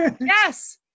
yes